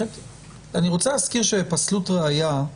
אני רוצה להזכיר שפסלות ראיה,